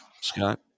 Scott